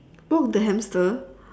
walk the hamster